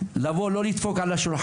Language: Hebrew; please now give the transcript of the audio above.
הוועדה לא צריכים לבוא ולדפוק על השולחן.